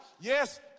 Yes